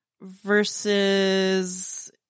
versus